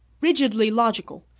rigidly logical,